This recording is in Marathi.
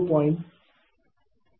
u